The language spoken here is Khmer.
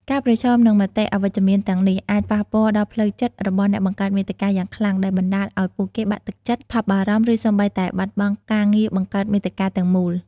ការប្រឈមនឹងមតិអវិជ្ជមានទាំងនេះ អាចប៉ះពាល់ដល់ផ្លូវចិត្តរបស់អ្នកបង្កើតមាតិកាយ៉ាងខ្លាំង ដែលបណ្ដាលឲ្យពួកគេបាក់ទឹកចិត្ត ថប់បារម្ភ ឬសូម្បីតែបោះបង់ការងារបង្កើតមាតិកាទាំងមូល។